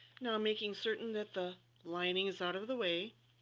now making certain that the lining is out of the way,